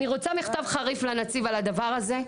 אני רוצה מכתב חריף לנציב על הדבר הזה.